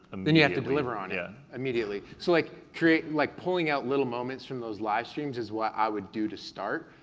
um and you have to deliver on it. yeah. immediately. so like create, like pulling out little moments from those live streams is what i would do to start,